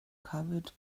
covered